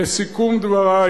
לסיכום דברי,